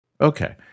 Okay